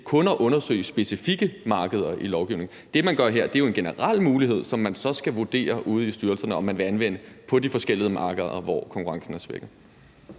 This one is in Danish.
kun at undersøge specifikke markeder i lovgivningen? Det, man giver her, er jo en generel mulighed, som man så ude i styrelserne skal vurdere om man vil anvende på de forskellige markeder, hvor konkurrencen er svækket.